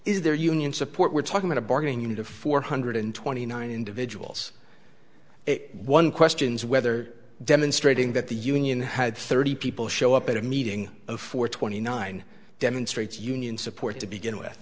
is there union support we're talking at a bargain unit of four hundred twenty nine individuals one questions whether demonstrating that the union had thirty people show up at a meeting of four twenty nine demonstrates union support to begin with